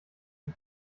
dem